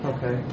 Okay